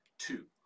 Two